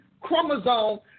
chromosome